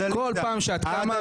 בכל פעם שאת קמה,